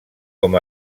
com